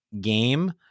game